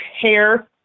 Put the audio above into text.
hair